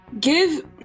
Give